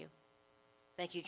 you thank you